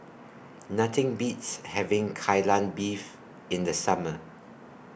Nothing Beats having Kai Lan Beef in The Summer